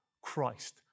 Christ